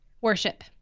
Worship